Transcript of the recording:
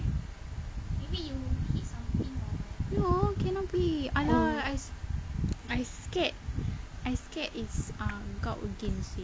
no cannot be !alah! I scared I scared it's err gout again seh